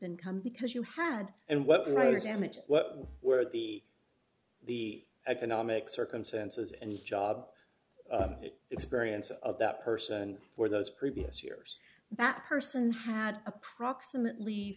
income because you had and what right is damaged what were the the economic circumstances and job experience of that person for those previous years that person had approximately